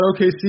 OKC